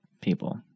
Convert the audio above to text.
people